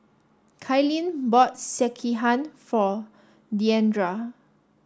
Kailyn bought Sekihan for Diandra